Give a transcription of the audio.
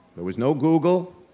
there was no google,